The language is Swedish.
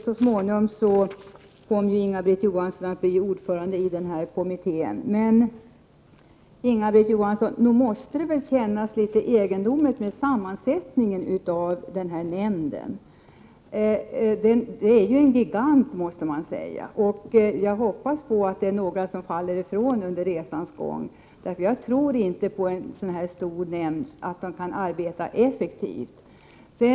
Så småningom kom Inga-Britt Johansson att bli ordförande i denna kommitté. Inga-Britt Johansson, nog måste det väl kännas litet egendomligt med sammansättningen av nämnden? Det är ju en gigant, måste man säga. Jag hoppas att det är några som faller ifrån under resans gång, eftersom jag inte tror att en sådan stor nämnd kan arbeta effektivt.